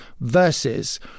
versus